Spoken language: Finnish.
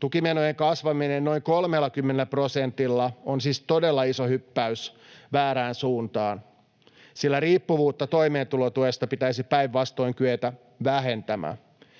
Tukimenojen kasvaminen noin 30 prosentilla on siis todella iso hyppäys väärään suuntaan, sillä riippuvuutta toimeentulotuesta pitäisi päinvastoin kyetä vähentämään.